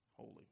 Holy